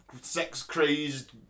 sex-crazed